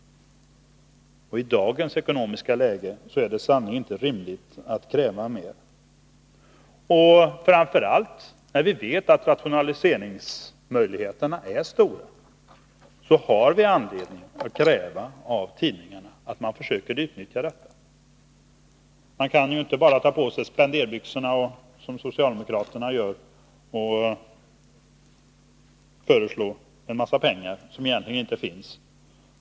Och i dagens ekonomiska läge är det sannerligen inte rimligt att kräva mer. Men framför allt har vi, när vi vet att rationaliseringsmöjligheterna är stora, anledning att kräva av tidningarna att de försöker utnyttja dem. Man kan inte bara, som socialdemokraterna gör, ta på sig spenderbyxorna och föreslå utdelning av en massa pengar som egentligen inte finns.